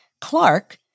Clark